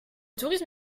tourisme